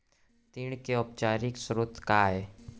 ऋण के अनौपचारिक स्रोत का आय?